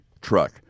truck